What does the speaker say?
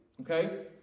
Okay